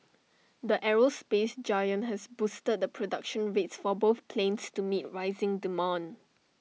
the aerospace giant has boosted the production rates for both planes to meet rising demand